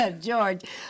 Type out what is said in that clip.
George